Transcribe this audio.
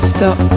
Stop